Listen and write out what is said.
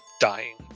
dying